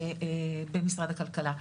במשרד הכלכלה.